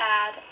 add